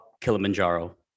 Kilimanjaro